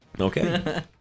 Okay